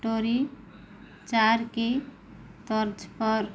ट्वरी चार की तर्ज़ पर